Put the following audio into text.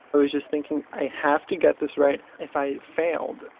but was just thinking, i have to get this right. if i failed,